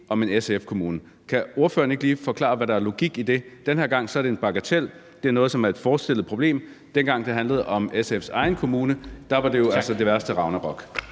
om en SF-kommune. Kan ordføreren ikke lige forklare, hvad logikken er i det? Den her gang er det en bagatel. Det er noget, som er et forestillet problem. Dengang det handlede om SF's egen kommune, var det jo det værste ragnarok.